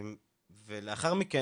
לאחר מכן,